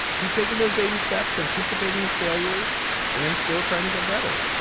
he's taking those baby steps, anticipating his failures and still trying to get better.